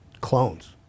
clones